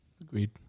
Agreed